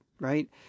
right